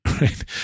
right